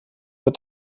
wird